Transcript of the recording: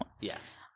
Yes